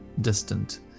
distant